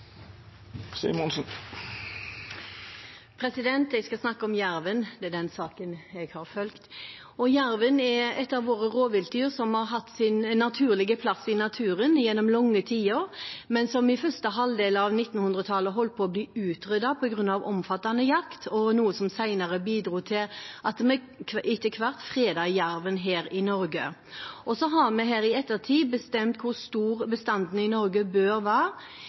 Jeg skal snakke om jerven – det er den saken jeg har fulgt. Jerven er et av våre rovviltdyr som har hatt sin naturlige plass i naturen gjennom lange tider, men som i første halvdel av 1900-tallet holdt på å bli utryddet på grunn av omfattende jakt, noe som senere bidro til at vi etter hvert fredet jerven her i Norge. I ettertid har vi bestemt hvor stor bestanden i Norge bør være,